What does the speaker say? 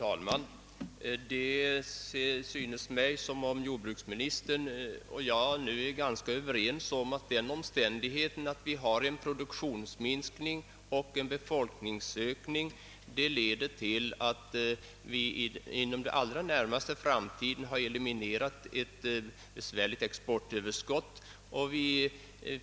Herr talman! Det synes mig som om jordbruksministern och jag nu är ganska överens om att den omständigheten att vi har en produktionsminskning och en befolkningsökning leder till att vi inom den allra närmaste framtiden har eliminerat ett besvärligt exportöverskott.